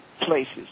places